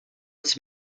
its